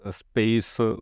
space